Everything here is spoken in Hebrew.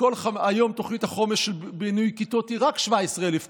היום תוכנית החומש של בינוי כיתות היא רק 17,000 כיתות.